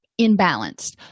imbalanced